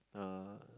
uh